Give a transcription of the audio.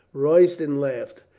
royston laughed.